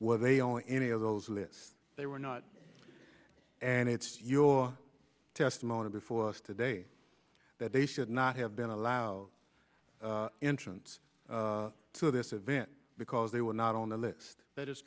what they owe any of those lists they were not and it's your testimony before us today that they should not have been allowed entrance to this event because they were not on the list that is